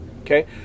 Okay